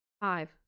Five